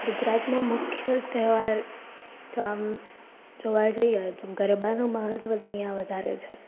ગુજરાતમાં મુખ્ય તહેવાર તો આમ જોવા જઈએ તો ગરબાનું મહત્વ અહીંયા વધારે છે